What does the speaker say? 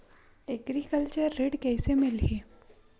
Agriculture ऋण कइसे मिलही?